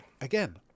Again